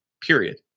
period